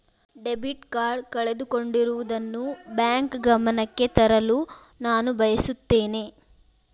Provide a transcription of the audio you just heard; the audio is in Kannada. ಡೆಬಿಟ್ ಕಾರ್ಡ್ ಕಳೆದುಕೊಂಡಿರುವುದನ್ನು ಬ್ಯಾಂಕ್ ಗಮನಕ್ಕೆ ತರಲು ನಾನು ಬಯಸುತ್ತೇನೆ